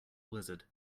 blizzard